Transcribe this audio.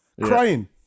crying